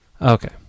Okay